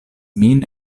min